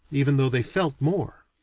even though they felt more.